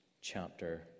chapter